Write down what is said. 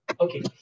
Okay